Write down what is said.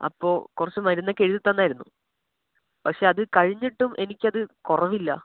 അപ്പോൾ കുറച്ച് മരുന്നൊക്കെ എഴുതി തന്നായിരുന്നു പക്ഷേ അത് കഴിഞ്ഞിട്ടും എനിക്കത് കുറവില്ല